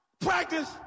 Practice